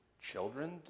children